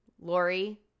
Lori